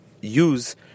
use